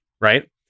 right